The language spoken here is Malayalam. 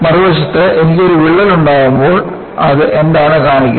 മറുവശത്ത് എനിക്ക് ഒരു വിള്ളൽ ഉണ്ടാകുമ്പോൾ അത് എന്താണ് കാണിക്കുന്നത്